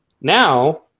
now